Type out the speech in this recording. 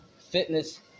Fitness